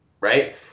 right